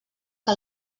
que